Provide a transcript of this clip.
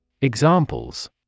Examples